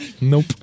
Nope